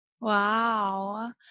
Wow